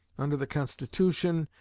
under the constitution,